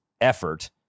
effort